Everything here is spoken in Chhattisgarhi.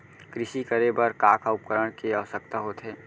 कृषि करे बर का का उपकरण के आवश्यकता होथे?